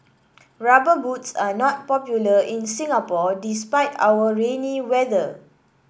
rubber boots are not popular in Singapore despite our rainy weather